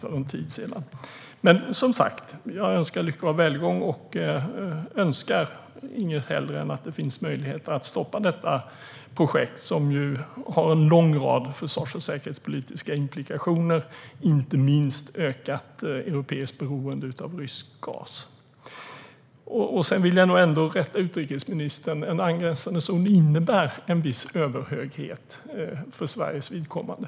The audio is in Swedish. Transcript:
Men jag önskar som sagt lycka och välgång, och jag önskar inget hellre än att det finns möjligheter att stoppa detta projekt, som ju har en lång rad försvars och säkerhetspolitiska implikationer. Det gäller inte minst ett ökat europeiskt beroende av rysk gas. Sedan vill jag nog ändå rätta utrikesministern: En angränsande zon innebär en viss överhöghet för Sveriges vidkommande.